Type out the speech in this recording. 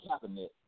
cabinet